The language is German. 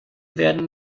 werden